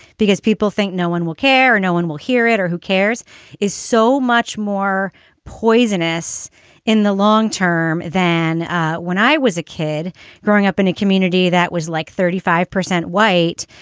because people think no one will care. no one will hear it or who cares is so much more poisonous in the long term than when i was a kid growing up in a community that was like thirty five percent white.